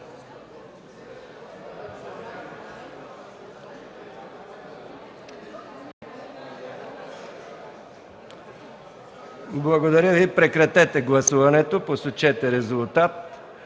Благодаря Ви. Прекратете гласуването и посочете резултат.